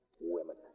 Women